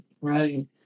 right